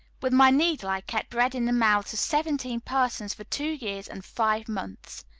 with my needle i kept bread in the mouths of seventeen persons for two years and five months.